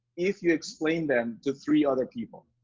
if you explain them to three other people,